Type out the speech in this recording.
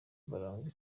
barangwa